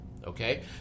Okay